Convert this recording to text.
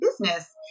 business